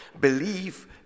believe